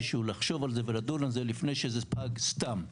שהוא לחשוב על זה ולדון על זה לפני שזה פג סתם.